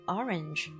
orange